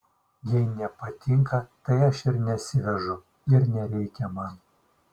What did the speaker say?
jei nepatinka tai aš ir nesivežu ir nereikia man